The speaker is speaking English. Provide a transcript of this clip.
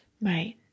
Right